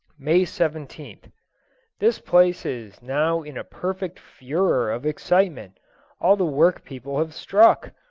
may seventeenth this place is now in a perfect furor of excitement all the work-people have struck.